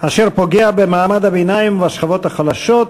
אשר פוגע במעמד הביניים ובשכבות החלשות,